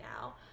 now